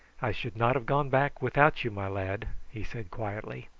i should not have gone back without you, my lad, he said quietly.